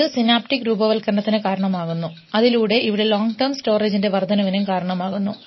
ഇത് സിനാപ്റ്റിക് രൂപവത്കരണത്തിന് കാരണമാകുന്നു അതിലൂടെ ഇവിടെ ലോങ്ങ് ടൈം സ്റ്റോറേജ്ൻറെ വർദ്ധനവിനും കാരണമാകുന്നു